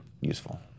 useful